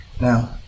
now